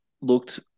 looked